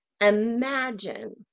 Imagine